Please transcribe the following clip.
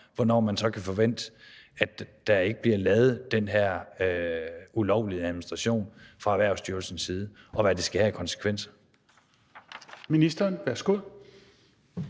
hvornår man så kan forvente, at der ikke bliver lavet den her ulovlige administration fra Erhvervsstyrelsens side – og hvad det skal have af konsekvenser.